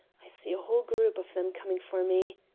i see a whole group of them coming for me.